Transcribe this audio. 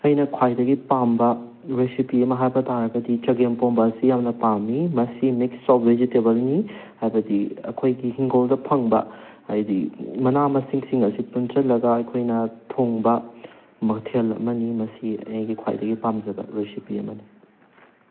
ꯑꯩꯅ ꯈ꯭ꯋꯥꯏꯗꯒꯤ ꯄꯥꯝꯕ ꯔꯦꯁꯤꯄꯤ ꯑꯃ ꯍꯥꯏꯕ ꯇꯥꯔꯒꯗꯤ ꯆꯒꯦꯝꯄꯣꯝꯕ ꯑꯁꯤ ꯌꯥꯝꯅ ꯄꯥꯝꯃꯤ ꯃꯁꯤ ꯃꯤꯛꯁ ꯁꯣꯐ ꯚꯦꯖꯤꯇꯦꯕꯜꯅꯤ ꯍꯥꯏꯕꯗꯤ ꯑꯩꯈꯣꯏꯒꯤ ꯏꯪꯈꯣꯜꯗ ꯐꯡꯕ ꯍꯥꯏꯗꯤ ꯃꯅꯥ ꯃꯁꯤꯡ ꯁꯤꯡ ꯑꯁꯤ ꯄꯨꯟꯁꯤꯜꯂꯒ ꯑꯩꯈꯣꯏꯅ ꯊꯣꯡꯕ ꯃꯊꯦꯜ ꯑꯃꯅꯤ ꯃꯁꯤ ꯑꯩꯒꯤ ꯈ꯭ꯋꯥꯏꯗꯒꯤ ꯄꯥꯝꯖꯕ ꯔꯦꯁꯤꯄꯤ ꯑꯃꯅꯤ